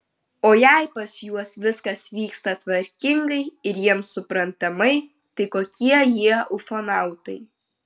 o jei pas juos viskas vyksta tvarkingai ir jiems suprantamai tai kokie jie ufonautai